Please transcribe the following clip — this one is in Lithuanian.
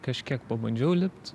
kažkiek pabandžiau lipt